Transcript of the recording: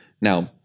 Now